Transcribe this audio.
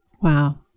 Wow